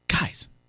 Guys